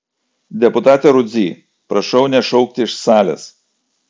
deputate rudzy prašau nešaukti iš salės